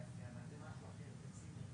כי המנכ"ל לא מנפיק תעודות הכשר,